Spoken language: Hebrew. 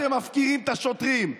אתם מפקירים את השוטרים,